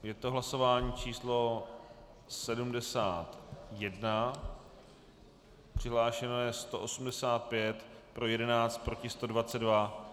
Je to hlasování číslo 71, přihlášeno je 185, pro 11, proti 122.